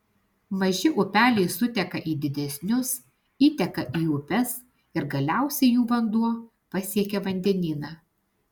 maži upeliai suteka į didesnius įteka į upes ir galiausiai jų vanduo pasiekia vandenyną